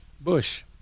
Bush